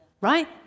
right